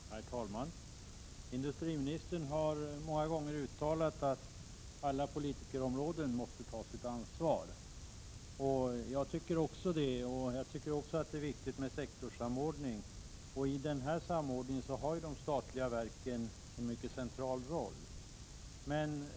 Herr talman! Industriministern har många gånger uttalat att alla politikområden måste ta sitt ansvar. Det tycker även jag. Jag tycker också att det är viktigt med sektorssamordning, och i den samordningen har de statliga verken en mycket central roll.